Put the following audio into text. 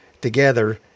together